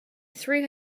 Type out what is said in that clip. threw